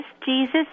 Jesus